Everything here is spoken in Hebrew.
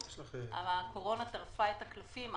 אבל הקורונה טרפה את הקלפים.